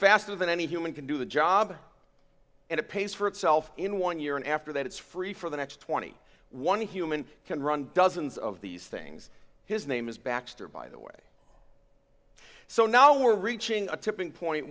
faster than any human can do the job and it pays for itself in one year and after that it's free for the next twenty one dollars human can run dozens of these things his name is baxter by the way so now we're reaching a tipping point